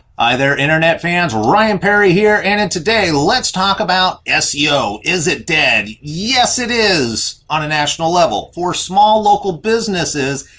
hi there internet fans, ryan perry here. and today, let's talk about seo. is it dead? yes it is, on a national level. for small local businesses,